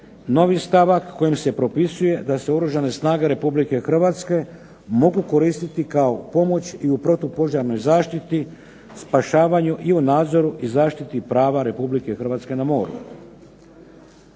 novi stavak kojim se propisuje da se Oružane snage Republike Hrvatske mogu koristiti kao pomoć u protupožarnoj zaštiti, spašavanju i o nadzoru i zaštiti prava Republike Hrvatske na moru.